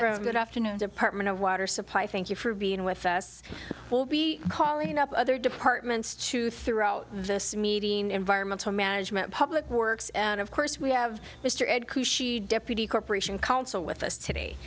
faye good afternoon department of water supply thank you for being with us will be calling up other departments to throughout this meeting environmental management public works and of course we have mr ed khushi deputy corporation counsel with us today